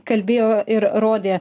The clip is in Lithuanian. kalbėjo ir rodė